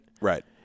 Right